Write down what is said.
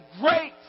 great